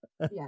Yes